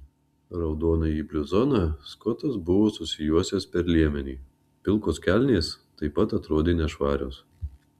raudonąjį bluzoną skotas buvo susijuosęs per liemenį pilkos kelnės taip pat atrodė nešvarios